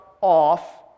off